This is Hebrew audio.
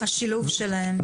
השילוב שלהם.